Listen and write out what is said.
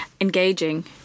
engaging